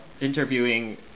interviewing